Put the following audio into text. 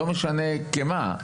לא משנה כמה.